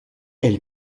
elle